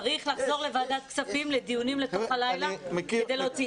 צריך לחזור לוועדת כספים לדיונים לתוך הלילה כדי להוציא.